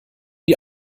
die